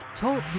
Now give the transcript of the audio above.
Talk